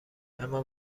اما